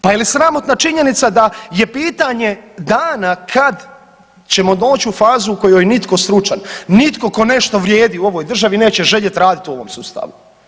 Pa je li sramotna činjenica da je pitanje dana kad ćemo doći u kojoj nitko stručan, nitko tko nešto vrijedi u ovoj državi neće željeti u ovom sustavu.